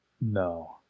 No